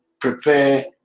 prepare